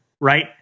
right